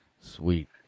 Sweet